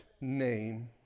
name